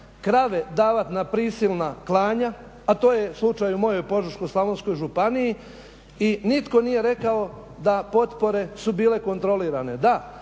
krave davati na prisilna klanja, a to je slučaj i u mojoj Požeško-slavonskoj županiji i nitko nije rekao da potpore su bile kontrolirane.